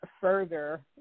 further